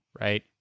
right